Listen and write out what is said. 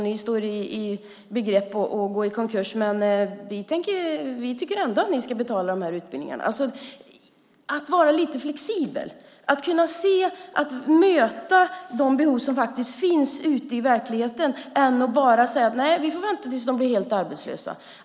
Ni står i begrepp att gå i konkurs, men vi tycker ändå att ni ska betala de här utbildningarna. Det gäller att vara lite flexibel, att kunna se och möta de behov som finns ute i verkligheten i stället för att säga att vi får vänta tills ni blir helt arbetslösa.